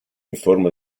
informa